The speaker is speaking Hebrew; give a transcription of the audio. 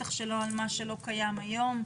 בטח שלא על מה שלא קיים היום,